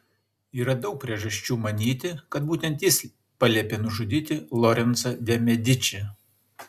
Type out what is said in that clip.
yra daug priežasčių manyti kad būtent jis paliepė nužudyti lorencą de medičį